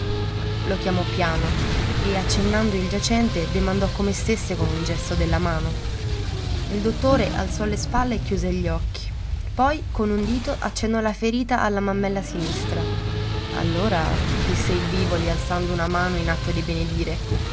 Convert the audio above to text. lo chiamò piano e accennando il giacente domandò come stesse con un gesto della mano il dottore alzò le spalle e chiuse gli occhi poi con un dito accennò la ferita alla mammella sinistra allora disse il vivoli alzando una mano in atto di benedire